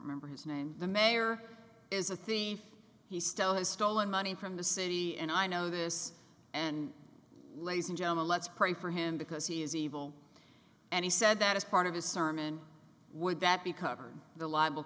mayor member his name the mayor is a thief he still has stolen money from the city and i know this and lazing jemma let's pray for him because he is evil and he said that as part of his sermon would that be covered in the libel